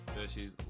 versus